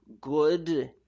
good